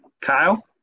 Kyle